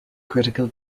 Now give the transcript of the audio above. critical